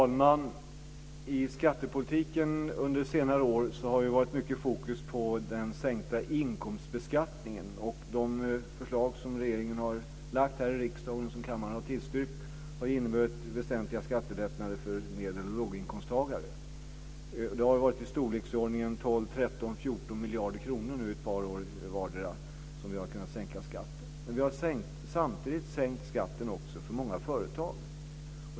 Fru talman! I skattepolitiken under senare år har fokus ofta riktats på den sänkta inkomstbeskattningen. De förslag som regeringen har lagt fram här i riksdagen och som kammaren har tillstyrkt har inneburit väsentliga skattelättnader för låg och medelinkomsttagare. Vi har kunnat sänka skatten med i storleksordningen 12-14 miljarder kronor under ett par år vardera. Samtidigt har vi också sänkt skatten för många företag.